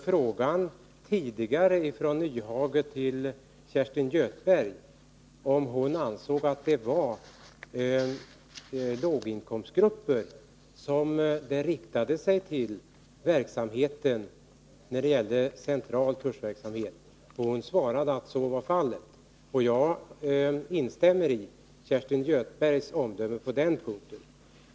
Frågan tidigare från Hans Nyhage till Kerstin Göthberg var, om hon ansåg att det var låginkomstgrupper som verksamheten riktade sig till då det gällde den centrala kursverksamheten, och hon svarade att så var fallet. Jag instämmer med Kerstin Göthberg när det gäller hennes omdöme på den punkten.